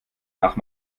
nach